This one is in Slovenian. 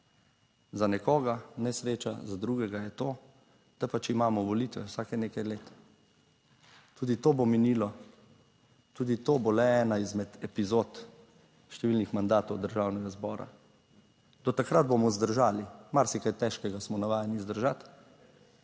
za nekoga, nesreča za drugega je to, da pač imamo volitve vsake nekaj let. Tudi to bo minilo, tudi to bo le ena izmed epizod številnih mandatov Državnega zbora. Do takrat bomo zdržali, marsikaj težkega smo navajeni zdržati,